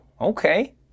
Okay